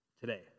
today